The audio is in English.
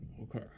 Okay